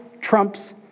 trumps